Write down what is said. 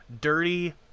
dirty